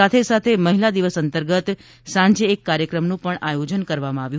સાથે સાથે મહિલા દિવસ અંતર્ગત સાંજે એક કાર્યક્રમનું આયોજન કરવામાં આવ્યું